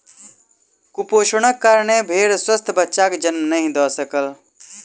कुपोषणक कारणेँ भेड़ स्वस्थ बच्चाक जन्म नहीं दय सकल